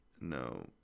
no